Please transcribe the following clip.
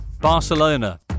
Barcelona